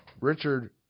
Richard